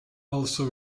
also